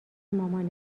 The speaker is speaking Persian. مامانت